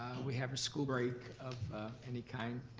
we have a school break of any kind.